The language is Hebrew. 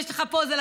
אתה